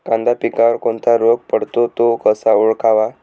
कांदा पिकावर कोणता रोग पडतो? तो कसा ओळखावा?